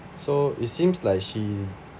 so it seems like she